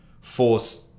force